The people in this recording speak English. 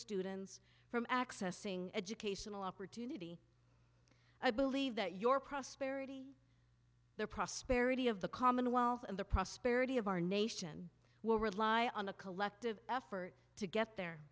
students from accessing educational opportunity i believe that your prosperity the prosperity of the commonwealth and the prosperity of our nation will rely on a collective effort to get there